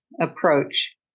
approach